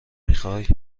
میخوای